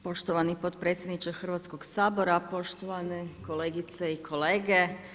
Poštovani podpredsjedniče Hrvatskog sabora, poštovane kolegice i kolege.